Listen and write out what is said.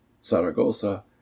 saragossa